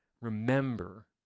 Remember